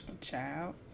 Child